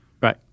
Right